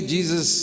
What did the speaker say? Jesus